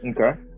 Okay